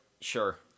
Sure